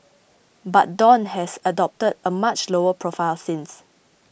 but Dawn has adopted a much lower profile since